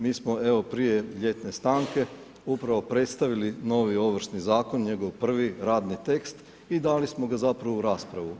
Mi smo evo, prije ljetne stanke upravo predstavili novi Ovršni zakon, njegov prvi radni tekst i dali smo ga zapravo u raspravu.